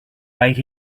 right